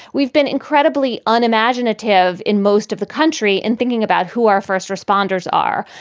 we've been incredibly unimaginative in most of the country in thinking about who our first responders are.